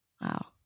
Wow